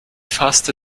fasste